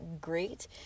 great